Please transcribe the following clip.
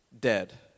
dead